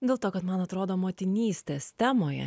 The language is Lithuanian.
dėl to kad man atrodo motinystės temoje